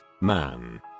man